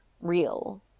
real